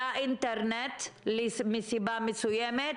תאמינו לי,